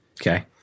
Okay